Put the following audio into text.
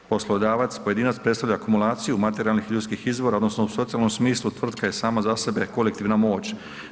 Poslodavac pojedinac predstavlja akumulaciju materijalnih i ljudskih izvora odnosno u socijalnom smislu tvrtka je sama za sebe kolektivna moć.